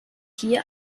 hier